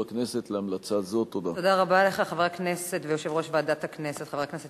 הצעת החוק של חברת הכנסת